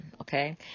okay